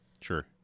Sure